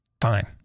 Fine